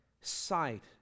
sight